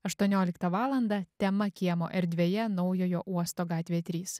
aštuonioliktą valandą tema kiemo erdvėje naujojo uosto gatvė trys